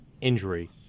injury